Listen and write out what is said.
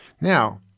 Now